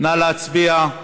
נא להצביע.